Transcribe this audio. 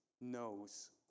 knows